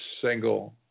single